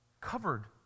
covered